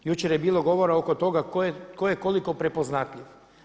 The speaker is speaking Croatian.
Jučer je bilo govora oko toga tko je koliko prepoznatljiv.